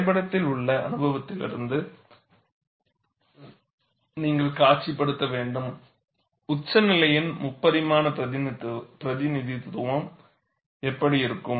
வரைபடத்தில் உங்கள் அனுபவத்திலிருந்து நீங்கள் காட்சிப்படுத்த வேண்டும் உச்சநிலையின் முப்பரிமாண பிரதிநிதித்துவம் எப்படி இருக்கும்